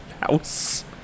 House